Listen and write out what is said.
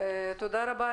תודה רבה.